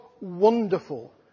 wonderful